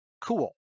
cool